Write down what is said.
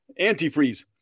antifreeze